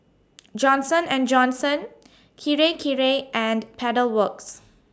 Johnson and Johnson Kirei Kirei and Pedal Works